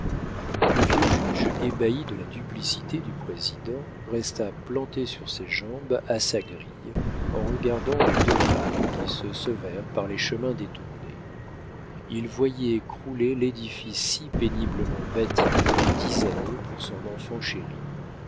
le vieux juge ébahi de la duplicité du président resta planté sur ses jambes à sa grille en regardant les deux femmes qui se sauvèrent par les chemins détournés il voyait crouler l'édifice si péniblement bâti durant dix années pour son enfant chéri